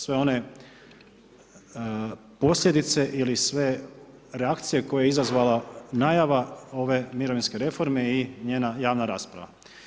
Sve one posljedice ili sve reakcije koje je izazvala najava ove mirovinske reforme i njena javna rasprava.